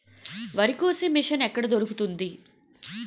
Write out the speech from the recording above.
వరి కోసే మిషన్ ఎక్కడ దొరుకుతుంది?